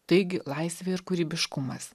taigi laisvė ir kūrybiškumas